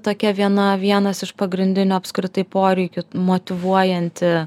tokia viena vienas iš pagrindinio apskritai poreikių motyvuojanti